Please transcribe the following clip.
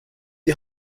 die